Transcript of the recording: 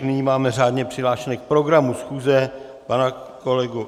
Nyní máme řádně přihlášeného k programu schůze pana kolegu...